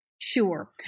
Sure